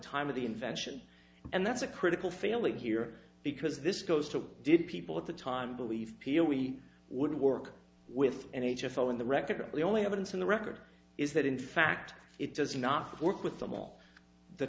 time of the invention and that's a critical failing here because this goes to did people at the time believe peel we would work with n h l in the record the only evidence in the record is that in fact it does not work with them all the